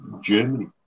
Germany